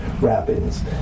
wrappings